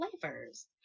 flavors